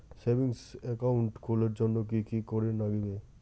Savings account খুলির জন্যে কি কি করির নাগিবে?